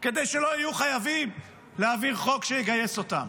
כדי שלא יהיו חייבים להעביר חוק שיגייס אותם.